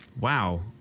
Wow